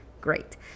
great